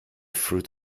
fruit